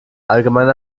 allgemein